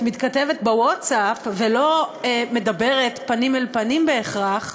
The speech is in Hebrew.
את מתכתבת בווטסאפ ולא מדברת פנים אל פנים בהכרח,